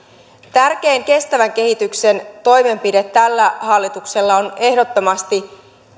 tärkein kestävän kehityksen toimenpide tällä hallituksella on ehdottomasti